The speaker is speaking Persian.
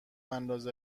انداز